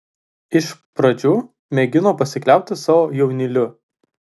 iš pradžių mėgino pasikliauti savo jaunyliu